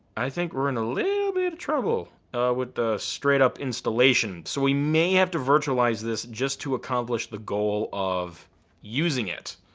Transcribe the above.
i think we're in a little bit of trouble with the straight up installation. so we may have to virtualize this just to accomplish the goal of using it.